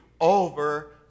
over